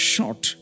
Short